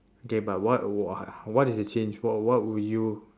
okay but what what what is the change for what would you